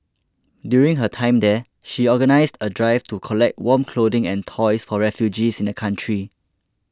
during her time there she organised a drive to collect warm clothing and toys for refugees in the country